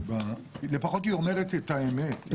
לפחות היא אומרת את האמת.